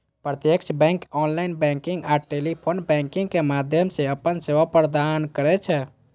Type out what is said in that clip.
प्रत्यक्ष bank online banking आ telephone banking के माध्यम सं अपन सेवा प्रदान करै छै